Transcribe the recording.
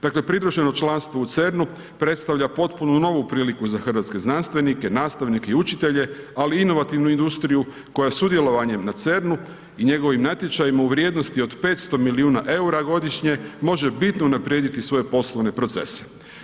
Dakle pridruženo članstvo u CERN-u predstavlja potpuno novu priliku za hrvatske znanstvenike, nastavnike i učitelje ali i inovativnu industriju koja sudjelovanjem na CERN-u i njegovim natječajima u vrijednosti od 500 milijuna eura godišnje, može bitno unaprijediti svoje poslovne procese.